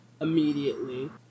immediately